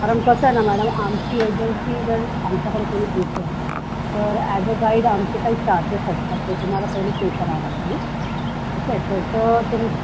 कारण कसं आहे ना मॅडम आमची एजन्सी जर आमच्याकडे कोणी येतं तर ॲज अ गाईड आमचे काही चार्जेस असतात ते तुम्हाला पहिले पे करावं लागतील ठीक आहे त्याचं तुम्ही